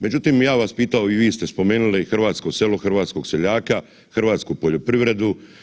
Međutim, ja bi vas pitao i vi ste spomenuli hrvatsko selo, hrvatskog seljaka, hrvatsku poljoprivredu.